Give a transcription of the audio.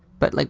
but like,